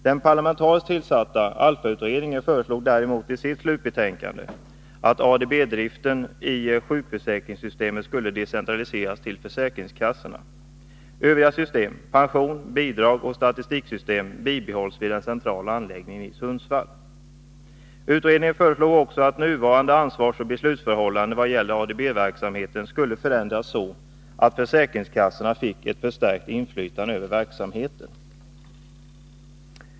Den parlamentariskt tillsatta ALLFA-kommittén föreslog däremot i sitt slutbetänkande att ADB-driften i sjukförsäkringssystemet skulle decentraliseras till försäkringskassorna. Övriga system, pensions-, bidragsoch statistiksystem, bibehålls vid den centrala anläggningen i Sundsvall. Utredningen föreslog också att nuvarande ansvarsoch beslutsförhållande vad gäller ADB-verksamheten skulle förändras så, att försäkringskassorna fick ett förstärkt inflytande över verksamheten.